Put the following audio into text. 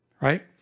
right